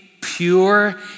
pure